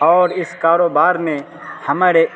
اور اس کاروبار میں ہمارے